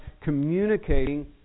communicating